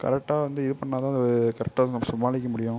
கரெக்டாக வந்து இது பண்ணிணாதான் அது கரெக்டாக நம்ம சமாளிக்க முடியும்